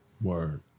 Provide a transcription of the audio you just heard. Word